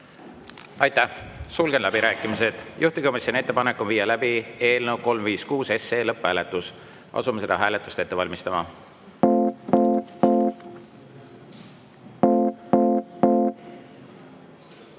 Aitäh! Sulgen läbirääkimised. Juhtivkomisjoni ettepanek on viia läbi eelnõu 356 lõpphääletus. Asume seda hääletust ette valmistama.